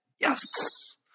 Yes